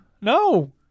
No